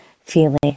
feeling